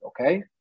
okay